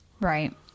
Right